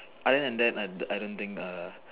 other than that I I don't think err